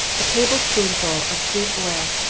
a table-spoonful of sweet oil,